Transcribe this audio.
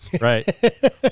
Right